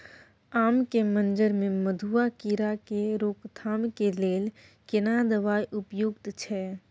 आम के मंजर में मधुआ कीरा के रोकथाम के लेल केना दवाई उपयुक्त छै?